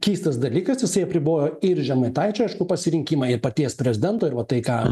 keistas dalykas jisai apribojo ir žemaitaičio aišku pasirinkimą ir paties prezidento ir va tai ką